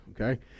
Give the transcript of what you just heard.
okay